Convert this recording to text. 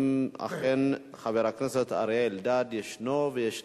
אם אכן חבר הכנסת אריה אלדד, הוא ישנו.